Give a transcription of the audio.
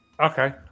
Okay